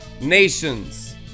nations